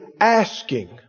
Asking